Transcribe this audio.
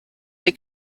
they